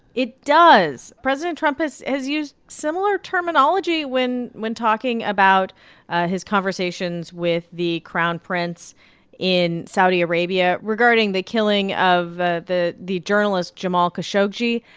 it does. president trump has has used similar terminology when when talking about his conversations with the crown prince in saudi arabia regarding the killing of ah the the journalist jamal khashoggi,